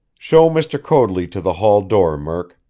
show mr. coadley to the hall door, murk!